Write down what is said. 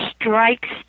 strikes